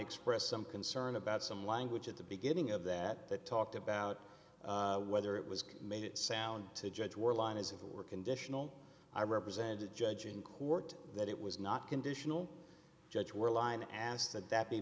expressed some concern about some language at the beginning of that that talked about whether it was made it sound to judge or line is if it were conditional i represent a judge in court that it was not conditional judge were line asked that that